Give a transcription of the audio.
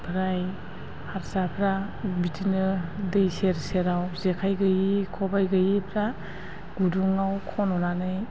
ओमफ्राय हारसाफ्रा बिदिनो दै सेर सेराव जेखाइ गैयै खबाइ गैयैफ्रा गुदुङाव खन'नानै